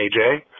AJ